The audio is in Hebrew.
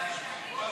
סעיפים 1